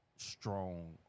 strong